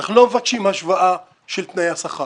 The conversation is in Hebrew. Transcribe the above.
אנחנו לא מבקשים השוואה של תנאי השכר